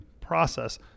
process